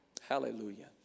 Hallelujah